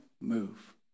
move